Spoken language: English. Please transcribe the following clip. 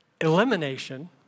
elimination